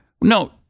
No